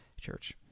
church